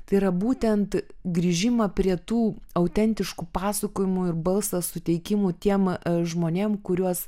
tai yra būtent grįžimą prie tų autentiškų pasakojimų ir balso suteikimų tiems žmonėms kuriuos